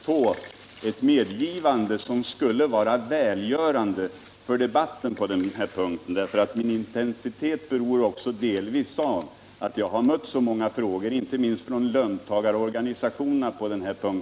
Herr talman! Kan vi då till sist, herr jordbruksminister, få ett medgivande som skulle vara välgörande för debatten. Min intensitet beror delvis på att jag har mött så många frågor om detta, inte minst från löntagarorganisationerna som är oroade.